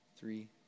Three